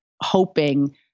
hoping